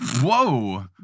Whoa